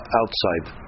outside